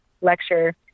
lecture